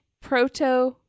proto